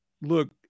look